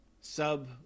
sub